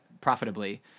profitably